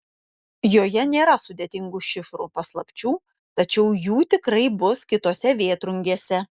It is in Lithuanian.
joje nėra sudėtingų šifrų paslapčių tačiau jų tikrai bus kitose vėtrungėse